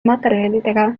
materjalidega